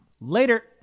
Later